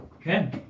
Okay